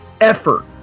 effort